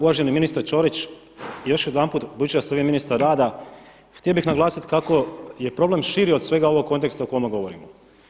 Uvaženi ministre Ćorić, još jedanput budući da ste vi ministar rada htio bih naglasiti kako je problem širi od svega ovog konteksta o kome govorimo.